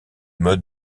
modes